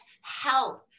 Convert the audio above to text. health